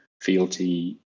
fealty